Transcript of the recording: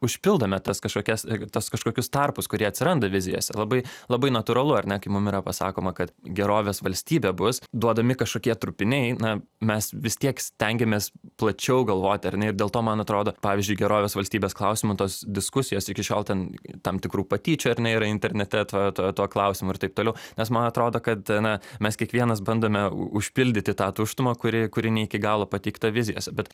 užpildome tas kažkokias tuos kažkokius tarpus kurie atsiranda vizijose labai labai natūralu ar ne kai mum yra pasakoma kad gerovės valstybė bus duodami kažkokie trupiniai na mes vis tiek stengiamės plačiau galvoti ar ne ir dėl to man atrodo pavyzdžiui gerovės valstybės klausimu tos diskusijos iki šiol ten tam tikrų patyčių ar ne yra internete tuo tuo tuo klausimu ir taip toliau nes man atrodo kad na mes kiekvienas bandome užpildyti tą tuštumą kuri kuri ne iki galo pateikta vizijose bet